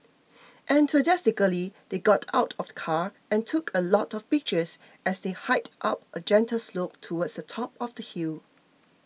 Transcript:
enthusiastically they got out of the car and took a lot of pictures as they hiked up a gentle slope towards the top of the hill